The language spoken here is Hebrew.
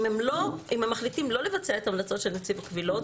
אם הם מחליטים לא לבצע את ההמלצות של נציב הקבילות,